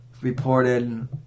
reported